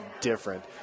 different